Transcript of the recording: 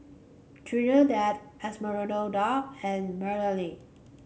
Trinidad Esmeralda and Mellie